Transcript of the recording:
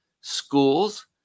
schools